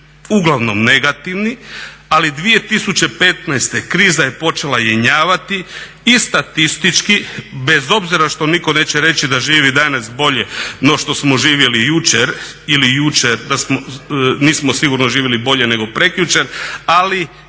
uglavnom negativni, ali 2015.kriza je počela jenjavati i statički bez obzira što nitko neće reći danas bolje no što smo živjeli jučer ili jučer nismo sigurno živjeli bolje nego prekjučer, ali